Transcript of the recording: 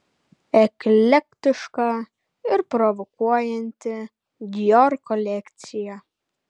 eklektiška ir provokuojanti dior kolekcija